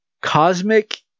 cosmic